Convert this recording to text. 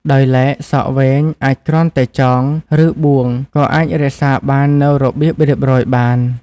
ដោយឡែក សក់វែងអាចគ្រាន់តែចង ឬបួងក៏អាចរក្សាបាននូវរបៀបរៀបរយបាន។